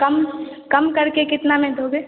कम कम करके कितने में दोगे